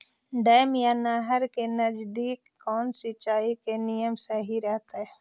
Dam या नहर के नजदीक कौन सिंचाई के नियम सही रहतैय?